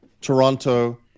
Toronto